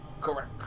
Correct